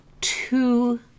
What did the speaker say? two